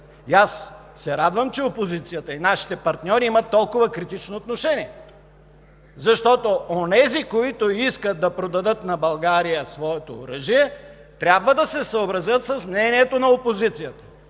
Аз се радвам, че опозицията и нашите партньори имат толкова критично отношение, защото онези, които искат да продадат на България своето оръжие, трябва да се съобразят с мнението на опозицията,